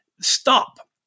stop